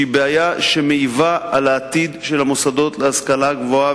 שהיא בעיה שמעיבה על העתיד של המוסדות להשכלה גבוהה,